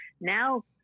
now